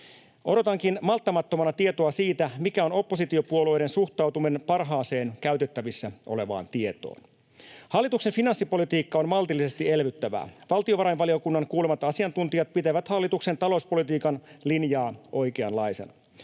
Odotankin malttamattomana tietoa siitä, mikä on oppositiopuolueiden suhtautuminen parhaaseen käytettävissä olevaan tietoon. Hallituksen finanssipolitiikka on maltillisesti elvyttävää. Valtiovarainvaliokunnan kuulemat asiantuntijat pitävät hallituksen talouspolitiikan linjaa oikeanlaisena.